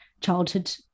childhood